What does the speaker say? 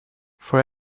for